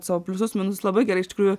savo pliusus minusus labai gerai iš tikrųjų